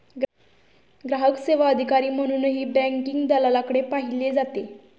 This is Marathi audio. ग्राहक सेवा अधिकारी म्हणूनही बँकिंग दलालाकडे पाहिले जाते